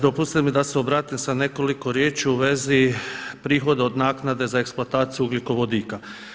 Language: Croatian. Dopustite mi da se obratim sa nekoliko riječi u vezi prihoda od naknade za eksploataciju ugljikovodika.